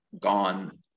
gone